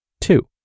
Two